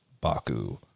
Baku